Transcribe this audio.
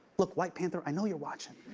look, white panther, i know you're watching.